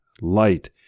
light